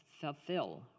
fulfill